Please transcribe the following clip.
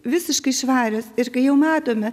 visiškai švarios ir kai jau matome